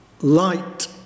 light